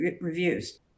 reviews